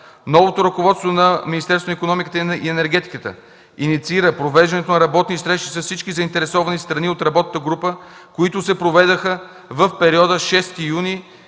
Новото ръководство на Министерството на икономиката и енергетиката инициира провеждането на работни срещи с всички заинтересовани страни от работната група, които се проведоха в периода 6-11 юни